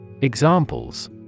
Examples